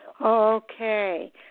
Okay